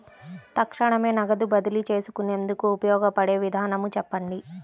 తక్షణమే నగదు బదిలీ చేసుకునేందుకు ఉపయోగపడే విధానము చెప్పండి?